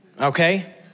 Okay